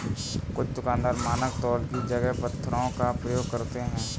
कुछ दुकानदार मानक तौल की जगह पत्थरों का प्रयोग करते हैं